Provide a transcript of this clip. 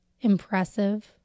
impressive